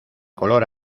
color